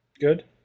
good